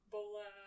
Bola